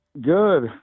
Good